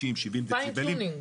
50-70 דציבלים,